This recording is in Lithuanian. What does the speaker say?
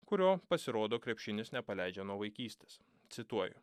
kurio pasirodo krepšinis nepaleidžia nuo vaikystės cituoju